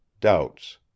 doubts